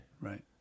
Right